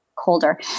colder